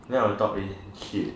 then on top is shit